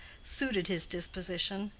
suited his disposition,